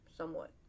Somewhat